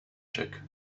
check